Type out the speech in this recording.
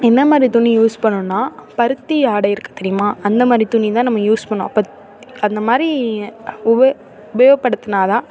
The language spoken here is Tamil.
என்னமாரி துணி யூஸ் பண்ணணுன்னால் பருத்தி ஆடை இருக்குது தெரியுமா அந்தமாதிரி துணிதான் நம்ம யூஸ் பண்ணணும் அப்போ அந்தமாதிரி உப உபயோகப்படுத்தினாதான்